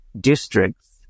districts